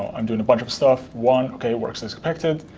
i'm doing a bunch of stuff. one, ok, works as expected.